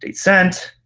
sent.